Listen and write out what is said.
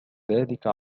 ذلك